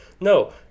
no